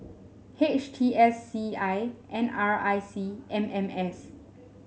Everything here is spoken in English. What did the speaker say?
H T S C I N R I C M M S